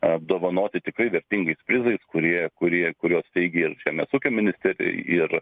apdovanoti tikrai vertingais prizais kurie kurie kuriuos steigė ir žemės ūkio ministerija ir